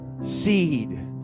seed